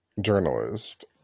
journalist